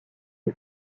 les